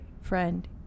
friend